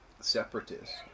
separatists